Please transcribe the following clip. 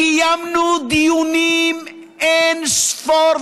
קיימנו דיונים אין-ספור,